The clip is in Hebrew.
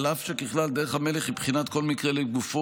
אף שככלל דרך המלך היא בחינת כל מקרה לגופו